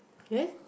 there